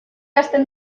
hasten